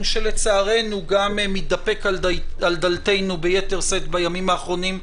שלצערנו גם מידפק על דלתנו ביתר שאת בימים האחרונים,